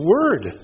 Word